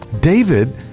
David